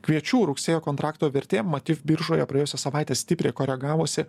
kviečių rugsėjo kontrakto vertė mativ biržoje praėjusią savaitę stipriai koregavosi